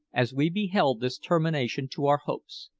as we beheld this termination to our hopes.